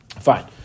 Fine